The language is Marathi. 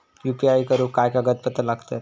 यू.पी.आय करुक काय कागदपत्रा लागतत?